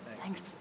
Thanks